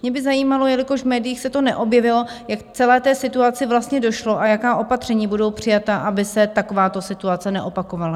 Mě by zajímalo, jelikož v médiích se to neobjevilo, jak k celé té situaci vlastně došlo a jaká opatření budou přijata, aby se takováto situace neopakovala.